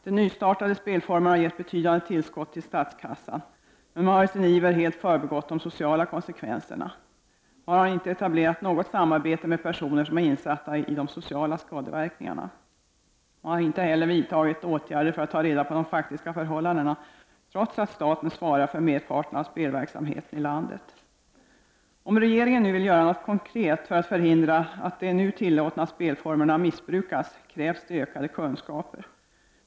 De nystartade spelformerna har gett betydande tillskott till statskassan, men man har i sin iver helt förbigått de sociala konsekvenserna. Man har inte etablerat något samarbete med personer som är insatta i de sociala skadeverkningarna. Man har inte heller vidtagit åtgärder för att ta reda på de faktiska förhållandena, trots att staten ansvarar för merparten av spelverksamheten i landet. Om regeringen nu vill göra något konkret för att förhindra att de nu tilllåtna spelformerna missbrukas krävs det ökade kunskaper.